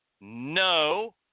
No